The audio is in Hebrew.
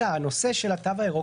אל הנושא של התו הירוק,